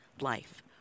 Life